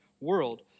world